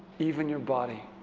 even your body.